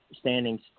standings